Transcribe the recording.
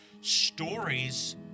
stories